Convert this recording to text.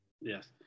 Yes